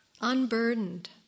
unburdened